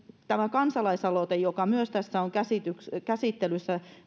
tämä kansalaisaloite alarajojen nostosta joka myös on tässä käsittelyssä